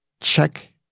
Check